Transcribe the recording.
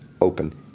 open